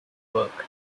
work